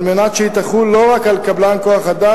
על מנת שהיא תחול לא רק על קבלן כוח-אדם,